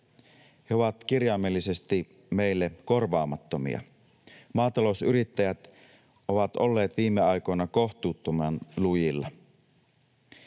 He ovat kirjaimellisesti meille korvaamattomia. Maata-lousyrittäjät ovat olleet viime aikoina kohtuuttoman lujilla.